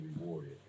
rewarded